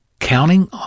Counting